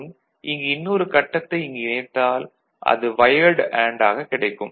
மற்றும் இங்கு இன்னொரு கட்டத்தை இங்கு இணைத்தால் அது வயர்டு அண்டு ஆகக் கிடைக்கும்